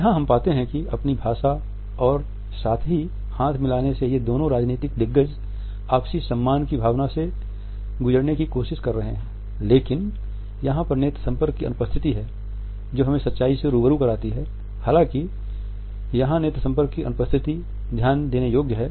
यहाँ हम पाते हैं कि अपनी भाषा और साथ ही हाथ मिलाने से ये दोनों राजनीतिक दिग्गज आपसी सम्मान की भावना से गुजरने की कोशिश कर रहे हैं लेकिन यहाँ पर नेत्र संपर्क की अनुपस्थिति है जो हमें सच्चाई से रूबरू कराती है हालाँकि यहाँ नेत्र संपर्क की अनुपस्थिति ध्यान देने योग्य है